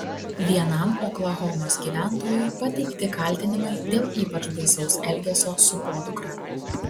vienam oklahomos gyventojui pateikti kaltinimai dėl ypač baisaus elgesio su podukra